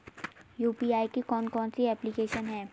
UPI की कौन कौन सी एप्लिकेशन हैं?